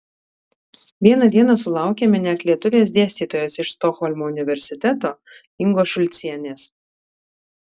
vieną dieną sulaukėme net lietuvės dėstytojos iš stokholmo universiteto ingos šulcienės